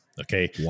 Okay